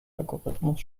algorithmus